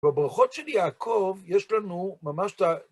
בברכות של יעקב, יש לנו ממש את ה...